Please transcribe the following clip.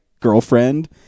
girlfriend